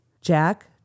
Jack